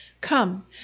Come